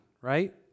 right